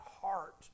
heart